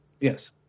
Yes